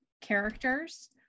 characters